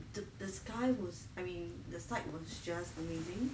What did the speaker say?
the the sky was I mean the sight was just amazing